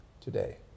today